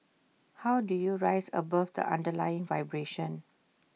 how do you rise above the underlying vibration